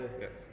yes